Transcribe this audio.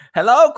Hello